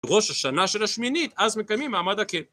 בראש השנה של השמינית, אז מקיימים מעמד הקהל.